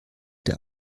der